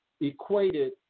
equated